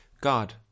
God